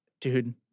Dude